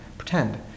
pretend